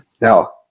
Now